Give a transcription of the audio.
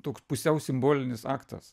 toks pusiau simbolinis aktas